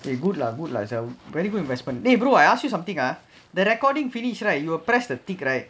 good lah good lah so really eh brother I ask you something ah the recording finish right you will press the thing right